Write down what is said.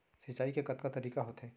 सिंचाई के कतका तरीक़ा होथे?